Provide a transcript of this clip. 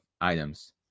items